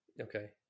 Okay